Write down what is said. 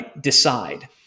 decide